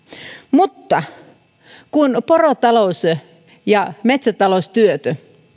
mutta porotalous ja metsätaloustyöt